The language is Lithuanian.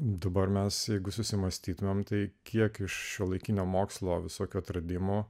dabar mes jeigu susimąstytumėme tai kiek šiuolaikinio mokslo visokio atradimo